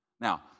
now